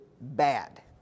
bad